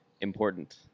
important